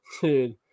dude